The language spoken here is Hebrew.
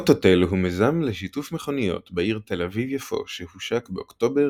אוטותל הוא מיזם לשיתוף מכוניות בעיר תל אביב-יפו שהושק באוקטובר